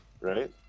right